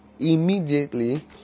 Immediately